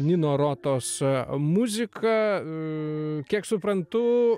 nino rotos muziką kiek suprantu